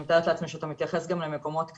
אני מתארת לעצמי שאתה מייחס גם למקומות כאלה,